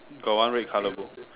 got one red color book